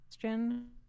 question